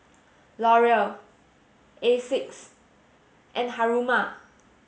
Laurier Asics and Haruma